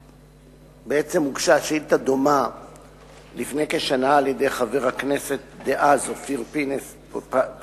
בעצם הוגשה שאילתא דומה לפני כשנה על-ידי חבר הכנסת דאז אופיר פינס-פז,